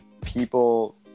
people